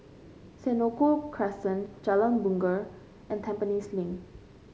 Senoko Crescent Jalan Bungar and Tampines Link